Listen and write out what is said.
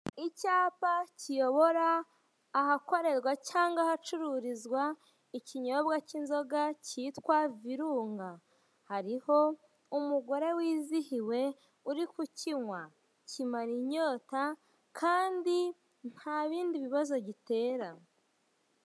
Icyapa kiyobora ahakorerwa cyangwa ahacururizwa ikinyobwa cy'inzoga cyitwa virunga ,hariho umugore wizihiwe uri kukinywa, kimara inyota kandi nta bindi bibazo gitera.